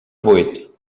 vuit